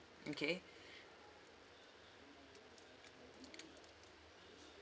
okay